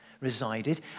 resided